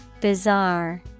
bizarre